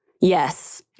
Yes